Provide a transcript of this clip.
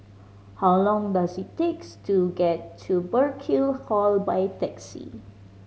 how long does it takes to get to Burkill Hall by taxi